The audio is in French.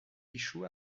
échoue